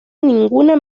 ninguna